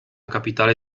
capitale